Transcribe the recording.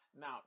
Now